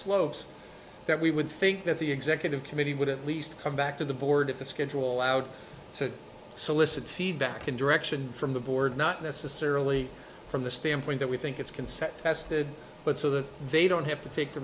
slopes that we would think that the executive committee would at least come back to the board if the schedule allowed to solicit feedback and direction from the board not necessarily from the standpoint that we think it's consent tested but so that they don't have to take the